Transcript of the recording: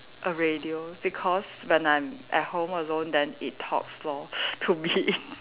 a radio because when I'm at home alone then it talks lor to me